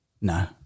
No